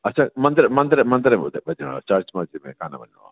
अच्छा मंदिर मंदिर मंदिर ॿुधाए चर्च में न वञिणो आहे